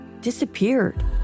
disappeared